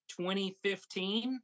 2015